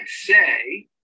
say